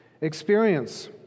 experience